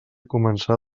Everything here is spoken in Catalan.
començar